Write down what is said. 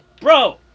bro